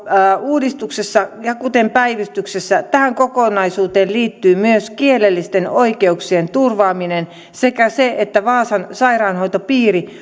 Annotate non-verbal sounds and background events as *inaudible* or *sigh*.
uudistuksessa kuten päivystyksessä tähän kokonaisuuteen liittyvät myös kielellisten oikeuksien turvaaminen sekä se että vaasan sairaanhoitopiiri *unintelligible*